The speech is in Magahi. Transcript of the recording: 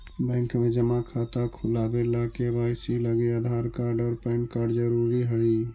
बैंक में जमा खाता खुलावे ला के.वाइ.सी लागी आधार कार्ड और पैन कार्ड ज़रूरी हई